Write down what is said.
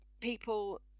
people